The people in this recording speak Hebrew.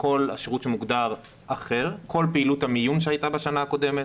וכל השירות שמוגדר אחר כל פעילות המיון שהייתה בשנה הקודמת.